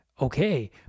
Okay